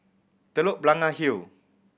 Telok Blangah Hill